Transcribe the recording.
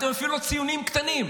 אתם אפילו לא ציונים קטנים.